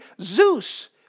Zeus